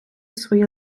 своє